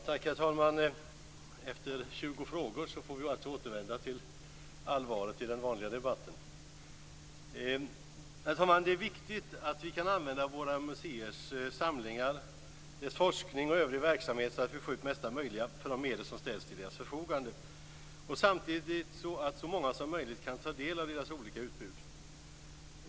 Tack herr talman! Efter 20 frågor återvänder vi alltså till allvaret i den vanliga debatten. Det är viktigt att vi kan använda våra museers samlingar, forskning och övrig verksamhet så att vi får ut mesta möjliga för de medel som ställs till deras förfogande och samtidigt så att så många som möjligt kan ta del av deras olika utbud.